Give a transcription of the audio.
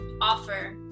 offer